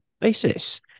basis